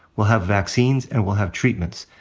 we'll have vaccines and we'll have treatments.